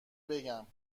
بگم